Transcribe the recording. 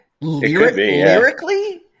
lyrically